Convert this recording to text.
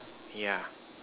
yeah